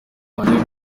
wanjye